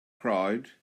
crowd